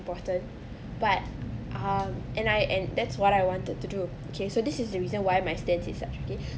important but um and I and that's what I wanted to do okay so this is the reason why my stance is subjective